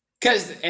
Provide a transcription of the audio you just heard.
Cause